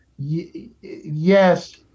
Yes